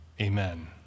Amen